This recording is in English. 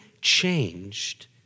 changed